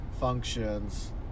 functions